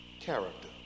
character